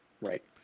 Right